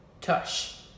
tush